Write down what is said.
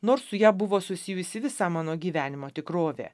nors su ja buvo susijusi visa mano gyvenimo tikrovė